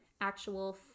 actual